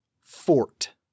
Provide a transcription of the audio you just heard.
Fort